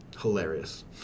Hilarious